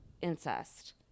incest